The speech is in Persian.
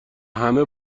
همه